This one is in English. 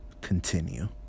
continue